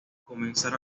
comenzar